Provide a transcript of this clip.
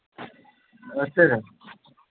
नमस्ते सर